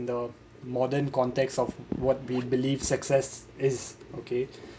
the modern context of what we believe success is okay